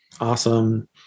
Awesome